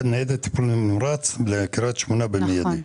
את ניידת טיפול נמרץ לקריית שמונה במיידי.